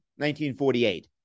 1948